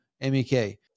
MEK